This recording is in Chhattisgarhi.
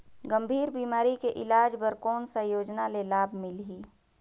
गंभीर बीमारी के इलाज बर कौन सा योजना ले लाभ मिलही?